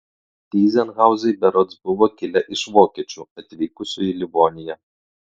tyzenhauzai berods buvo kilę iš vokiečių atvykusių į livoniją